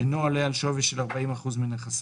אינו עולה על שווי 40% מנכסיו,